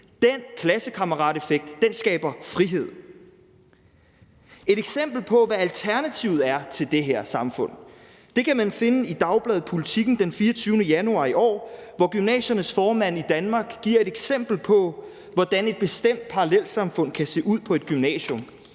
Den klassekammerateffekt skaber frihed. Et eksempel på, hvad alternativet til det her samfund er, kan man finde i dagbladet Politiken den 24. januar i år, hvor Danske Gymnasiers formand giver et eksempel på, hvordan et bestemt parallelsamfund kan se ud på et gymnasium,